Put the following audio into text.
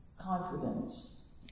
confidence